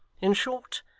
in short,